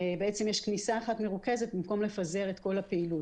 יש בעצם כניסה אחת מרוכזת במקום לפזר את כל הפעילות,